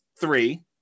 three